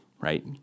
right